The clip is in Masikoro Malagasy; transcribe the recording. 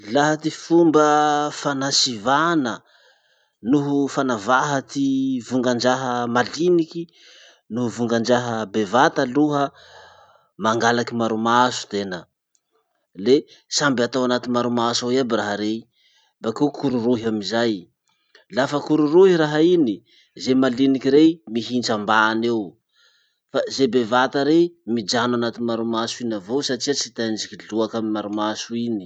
Laha ty fomba fanasivana noho fanavaha ty vongandraha maliniky noho vongandraha bevata aloha. Mangalaky maromaso tena, le samby atao anaty maromaso ao iaby raha rey, bakeo kororohy amizay. Lafa kororohy raha iny, ze maliniky rey mihitsa ambany eo, fa ze bevata rey mijano anaty maromaso iny avao satria tsy tendriky loaky amy maromaso iny.